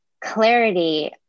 clarity